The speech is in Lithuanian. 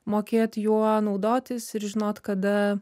mokėt juo naudotis ir žinot kada